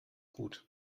gut